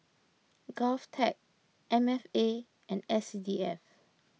Govtech M F A and S C D F